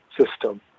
system